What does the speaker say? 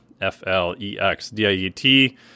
F-L-E-X-D-I-E-T